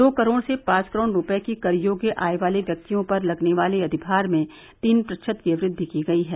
दो करोड़ से पांच करोड़ रूपये की कर योग्य आय वाले व्यक्तियों पर लगने वाले अधिमार में तीन प्रतिशत की वृद्धि की गई है